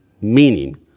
meaning